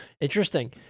Interesting